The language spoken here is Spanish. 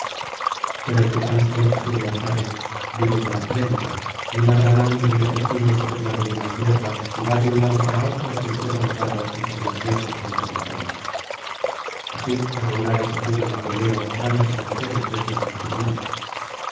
pero el que tan sólo recibe azares vive con afrenta una gran hambre le persigue sobre la divina tierra y va de un lado para otro sin ser honrado ni por los dioses ni por los hombres así las deidades hicieron á peleo grandes mercedes desde su nacimiento